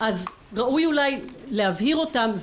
אז ראוי אולי להבהיר אותן,